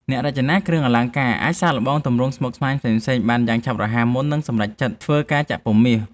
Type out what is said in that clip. អ្នករចនាគ្រឿងអលង្ការអាចសាកល្បងទម្រង់ស្មុគស្មាញផ្សេងៗបានយ៉ាងឆាប់រហ័សមុននឹងសម្រេចចិត្តធ្វើការចាក់ពុម្ពមាស។